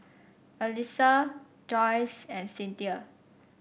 Alysa Joyce and Cynthia